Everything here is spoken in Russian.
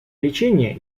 лечение